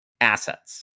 assets